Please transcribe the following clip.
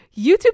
YouTube